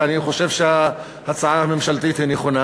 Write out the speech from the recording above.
ולכן אני חושב שההצעה הממשלתית נכונה.